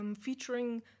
featuring